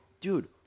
Dude